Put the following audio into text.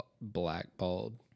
blackballed